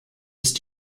ist